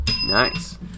Nice